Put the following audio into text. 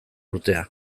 urtea